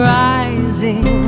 rising